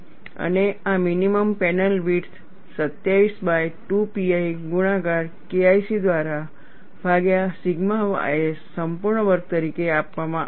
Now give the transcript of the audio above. અને આ minimum panel width 27 by 2 pi ગુણાકાર KIC દ્વારા ભાગ્યા સિગ્મા ys સંપૂર્ણ વર્ગ તરીકે આપવામાં આવે છે